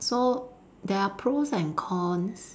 so there are pros and cons